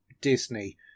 Disney